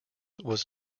was